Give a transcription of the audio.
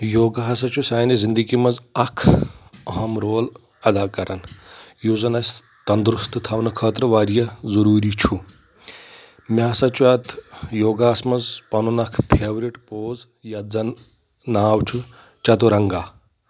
یوگا ہسا چھُ سانہِ زنٛدگی منٛز اکھ اہم رول ادا کران یُس زن اَسہِ تندرُست تھاونہٕ خٲطرٕ واریاہ ضروٗری چھُ مےٚ ہسا چھُ اتھ یوگا ہس منٛز پنُن اکھ فیورِٹ پوز یتھ زن ناو چھُ چتُرنٛگا